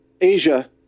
Asia